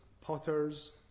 potters